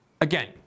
Again